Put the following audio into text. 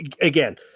Again